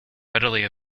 readily